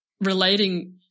relating